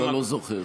לא זוכר.